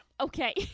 Okay